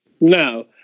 No